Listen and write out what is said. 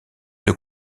œufs